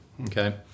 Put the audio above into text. okay